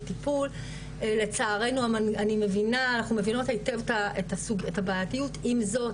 טיפול לצערנו אני מבינה אנחנו מבינות היטב את הבעייתיות עם זאת,